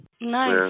nice